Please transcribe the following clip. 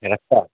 ରାସ୍ତା